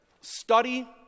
study